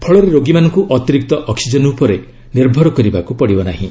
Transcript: ଫଳରେ ରୋଗୀମାନଙ୍କୁ ଅତିରିକ୍ତ ଅକ୍ନିଜେନ୍ ଉପରେ ନିର୍ଭର କରିବାକୁ ପଡ଼ିବ ନାହିଁ